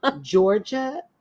Georgia